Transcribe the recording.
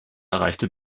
erreichte